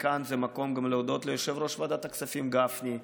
כאן זה המקום גם להודות ליושב-ראש ועדת הכספים גפני,